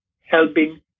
helping